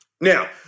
Now